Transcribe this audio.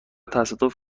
تصادف